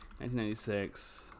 1996